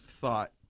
thought